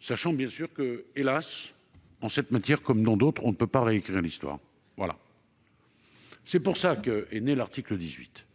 sachant, hélas, dans cette matière comme dans d'autres, que l'on ne peut pas réécrire l'histoire. Voilà, c'est ainsi qu'est né l'article 18.